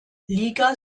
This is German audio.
liga